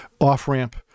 off-ramp